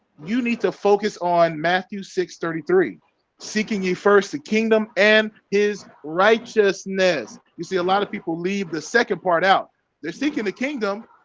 you need to focus on matthew six thirty three seeking you first the kingdom kingdom and his righteousness you see a lot of people leave the second part out they're seeking the kingdom,